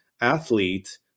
athlete